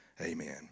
Amen